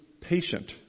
patient